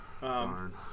darn